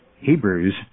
Hebrews